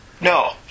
No